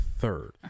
third